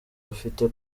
bufite